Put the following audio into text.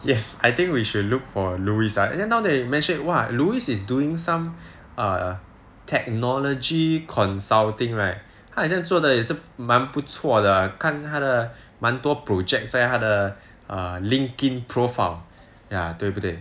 yes I think we should look for louis ah and then now that you mentioned !wah! louis is doing some err technology consulting right 他好像做得也是蛮不错的看他的蛮多 projects 在他的 err LinkedIn profile ya 对不对